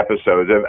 episodes